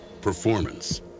performance